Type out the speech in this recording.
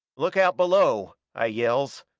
look out below, i yells,